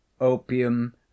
Opium